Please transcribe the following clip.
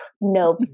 nope